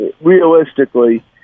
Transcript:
realistically